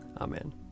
Amen